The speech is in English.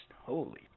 Holy